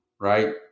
right